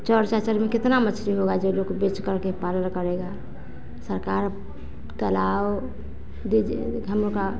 चार चाचर में कितना मछली होगा जो लोग बेच करके पालन करेगा सरकार तालाब दीजिए हम लोग का